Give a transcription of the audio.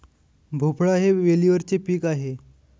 भोपळा हे वेलीवरचे पीक आहे